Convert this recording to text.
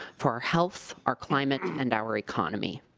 for our health our climate and our economy.